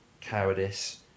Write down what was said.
cowardice